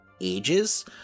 ages